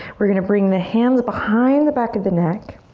we're gonna bring the hands behind the back of the neck.